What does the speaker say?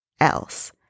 else